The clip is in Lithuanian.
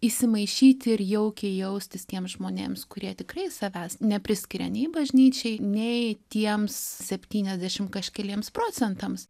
įsimaišyti ir jaukiai jaustis tiems žmonėms kurie tikrai savęs nepriskiria nei bažnyčiai nei tiems septyniasdešim kažkeliems procentams